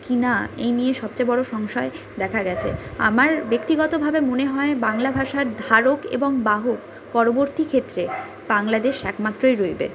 কি না এই নিয়ে সবচেয়ে বড়ো সংশয় দেখা গেছে আমার ব্যক্তিগতভাবে মনে হয় বাংলা ভাষার ধারক এবং বাহক পরবর্তীক্ষেত্রে বাংলাদেশ একমাত্রই রইবে